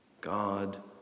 God